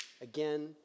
again